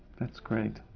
that's great.